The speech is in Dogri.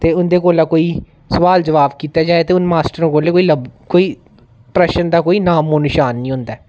ते उं'दे कोला कोई सुआल जबाब कीता जाए ते उ'नें मास्टरें कोला कोई कोई प्रश्न दा कोई नामोनशान नी होंदा ऐ